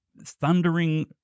thundering